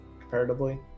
comparatively